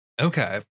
Okay